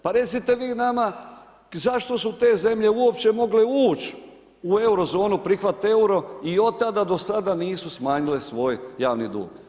Pa recite vi nama zašto su te zemlje uopće mogle ući u Eurozonu, prihvatiti EURO i od tada do sada nisu smanjile svoj javni dug.